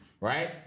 right